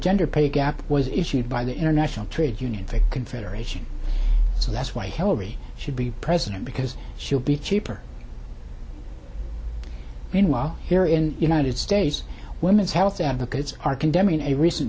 gender pay gap was issued by the international trade union confederation that's why hillary should be president because she'll be cheaper meanwhile here in united states women's health advocates are condemning a recent